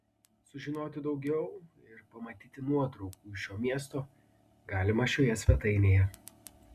sužinoti daugiau ir pamatyti nuotraukų iš šio miesto galima šioje svetainėje